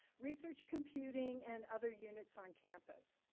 research computing, and other units on campus.